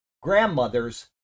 grandmother's